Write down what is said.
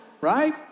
right